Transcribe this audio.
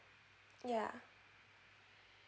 yeah